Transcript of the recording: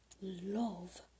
love